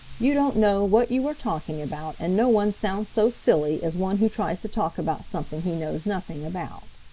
you don't know what you are talking about, and no one sounds so silly as one who tries to talk about something he knows nothing about.